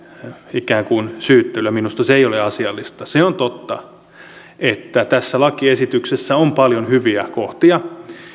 ikään kuin syyttelyä ja minusta se ei ole asiallista se on totta että tässä lakiesityksessä on paljon hyviä kohtia